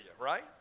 right